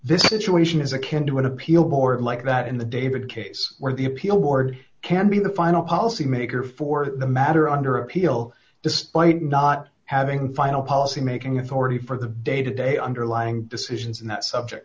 this situation is akin to an appeal board like that in the david case where the appeal ward can be the final policy maker for the matter under appeal despite not having final policy making authority for the day to day underlying decisions in that subject